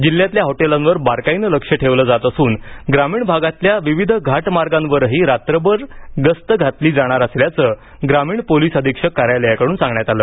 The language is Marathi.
जिल्ह्यातल्या हॉटेलांवर बारकाईनं लक्ष ठेवलं जात असून ग्रामीण भागातल्या विविध घाटमार्गांवरही रात्रभर गस्त घातली जाणार असल्याचं ग्रामीण पोलीस अधीक्षक कार्यालयाकडून सांगण्यात आलं